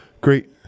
Great